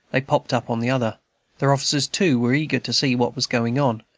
they popped up on the other their officers, too, were eager to see what was going on,